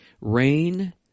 rain